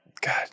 god